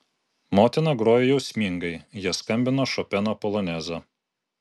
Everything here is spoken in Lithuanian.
motina grojo jausmingai jie skambino šopeno polonezą